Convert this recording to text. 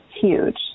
huge